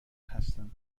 هستم